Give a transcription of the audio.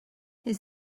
his